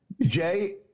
Jay